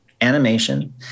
animation